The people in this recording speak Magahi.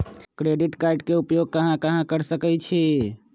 क्रेडिट कार्ड के उपयोग कहां कहां कर सकईछी?